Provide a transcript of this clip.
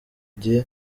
dieu